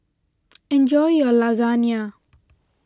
enjoy your Lasagna